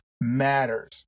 matters